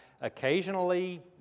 occasionally